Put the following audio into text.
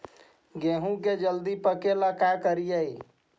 गेहूं के जल्दी पके ल का करियै?